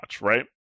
right